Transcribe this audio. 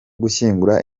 gushyingura